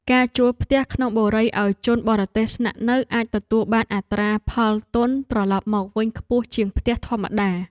ការជួលផ្ទះក្នុងបុរីឱ្យជនបរទេសស្នាក់នៅអាចទទួលបានអត្រាផលទុនត្រឡប់មកវិញខ្ពស់ជាងផ្ទះធម្មតា។